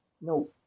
no